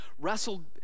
wrestled